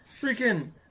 freaking